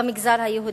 במגזר היהודי,